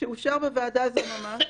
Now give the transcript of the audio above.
שאושר בוועדה זו ממש,